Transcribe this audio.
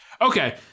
Okay